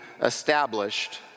established